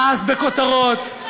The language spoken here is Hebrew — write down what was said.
מאס בכותרות,